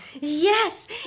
Yes